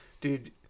Dude